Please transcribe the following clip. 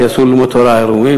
כי אסור ללמוד תורה עירומים.